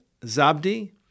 Zabdi